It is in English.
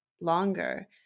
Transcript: longer